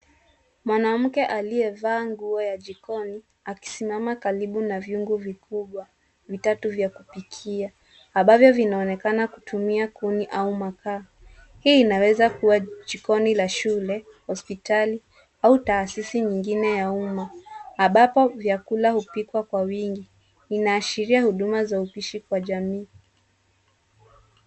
Mwanamke aliyevaa nguo ya jikoni akisimama karibu na vyungu vikubwa, vitatu vya kupikia, ambavyo vinaonekana vinatumia kuni au makaa. Hii inaweza kuwa jikoni la shule, hospitali au taasisi nyingine ya umma; ambapo vyakula hupikwa kwa wingi. Inaashiria huduma za upishi kwa jamii.